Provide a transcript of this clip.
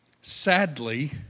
Sadly